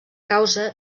causa